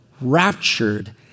raptured